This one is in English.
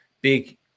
big